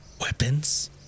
Weapons